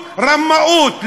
רמאות,